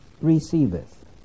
receiveth